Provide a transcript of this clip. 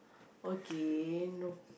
okay no